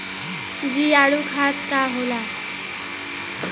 जीवाणु खाद का होला?